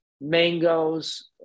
mangoes